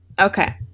Okay